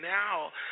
now